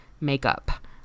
makeup